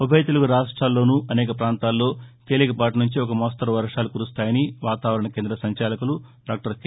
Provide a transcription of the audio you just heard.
ఉభయ తెలుగు రాష్ట్రాల్లోనూ అనేక ప్రాంతాల్లో తేలికపాటి నుంచి ఓ మోస్తరు వర్వాలు కురుస్తాయని వాతావరణ కేంద్ర సంచాలకులు డాక్టర్ కె